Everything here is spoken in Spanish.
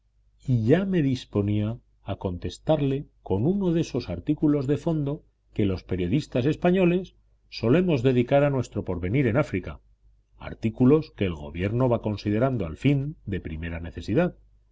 ya me disponía a contestarle con uno de esos artículos de fondo que los periodistas españoles solemos dedicar a nuestro porvenir en áfrica artículos que el gobierno va considerando al fin de primera necesidad cuando un nuevo incidente vino a